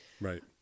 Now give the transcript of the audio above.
Right